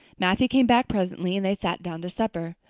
matthew came back presently and they sat down to supper.